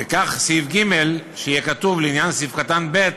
וכן סעיף קטן (ג) שיהיה כתוב בו: "לעניין סעיף קטן (ב),